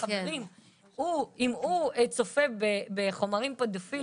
חברים אם הוא צופה בחומרים פדופילים,